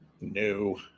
No